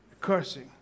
cursing